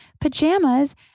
pajamas